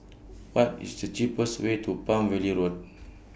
What IS The cheapest Way to Palm Valley Road